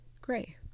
gray